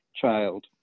child